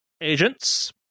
Agents